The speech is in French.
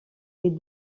est